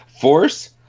Force